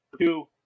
two